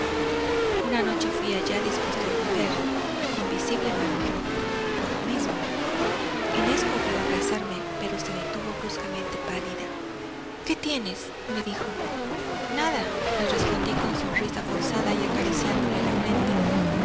una noche fuí allá dispuesto a romper con visible malhumor por lo mismo inés corrió a abrazarme pero se detuvo bruscamente pálida qué tienes me dijo nada le respondí con sonrisa forzada acariciándole la frente